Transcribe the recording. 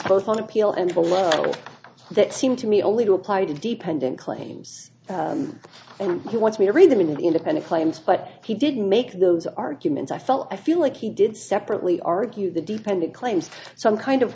both on appeal and that seem to me only to apply to dependent claims and he wants me to read them in the independent claims but he didn't make those arguments i felt i feel like he did separately argue the defendant claims so i'm kind of